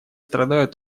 страдают